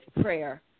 prayer